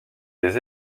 des